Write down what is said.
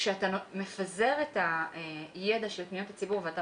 כשאתה מפזר את הידע של פניות הציבור ואתה